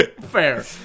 Fair